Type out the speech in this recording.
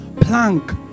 Plank